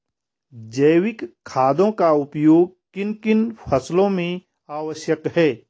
जैविक खादों का उपयोग किन किन फसलों में आवश्यक है?